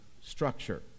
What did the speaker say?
structure